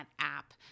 app